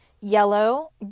yellow